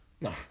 No